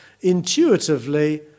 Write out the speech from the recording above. intuitively